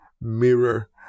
mirror